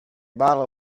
bottle